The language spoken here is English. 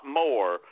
more